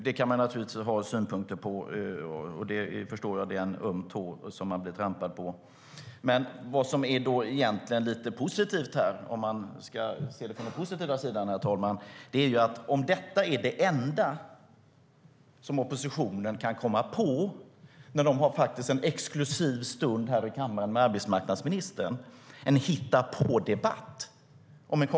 Man kan ha synpunkter, och jag förstår att det är en öm tå man har blivit trampad på. Den positiva sidan från oppositionen här, herr talman, är en hittepådebatt om en konflikt som inte finns när man har en exklusiv stund i kammaren med arbetsmarknadsministern.